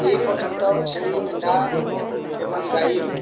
ଏହି ପର୍ଯ୍ୟନ୍ତ ଛେଳି ମେଣ୍ଢା ଏବଂ ଗାଈରୁ